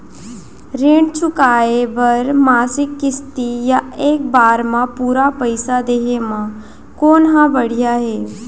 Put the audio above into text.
ऋण चुकोय बर मासिक किस्ती या एक बार म पूरा पइसा देहे म कोन ह बढ़िया हे?